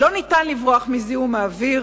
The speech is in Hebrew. אי-אפשר לברוח מזיהום האוויר,